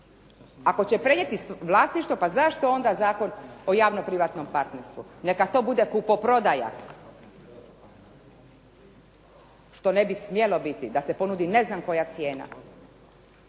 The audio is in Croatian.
Ako će prenijeti vlasništvo, pa zašto onda Zakon o javno-privatnom partnerstvu. Neka to bude kupoprodaja, što ne bi smjelo biti da se ponudi ne znam koja cijena.